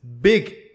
big